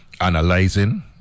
analyzing